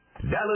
Dallas